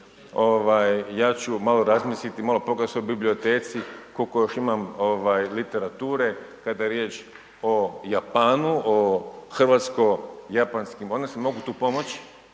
Ja ću malo razmisliti, malo .../Govornik se ne razumije./... koliko još imam literature kada je riječ o Japanu, o hrvatsko-japanskim odnosima. Mogu tu pomoći,